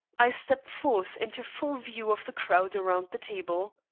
i stepped forth into full view of the crowd around the table.